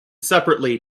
separately